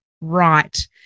right